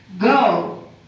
go